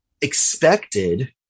expected